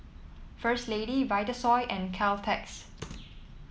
First Lady Vitasoy and Caltex